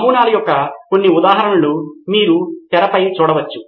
నమూనాల యొక్క కొన్ని ఉదాహరణలు మీరు తెరపై చూడవచ్చు